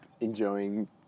enjoying